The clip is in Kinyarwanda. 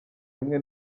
rimwe